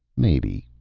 maybe,